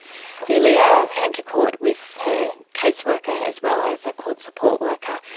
celia came to court with her case worker as well as a court support worker.